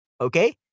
Okay